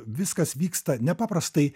viskas vyksta nepaprastai